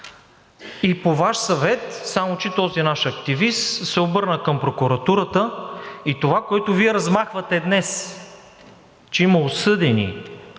По Ваш съвет само че този наш активист се обърна към прокуратурата и това, което Вие размахвате днес, че има осъдени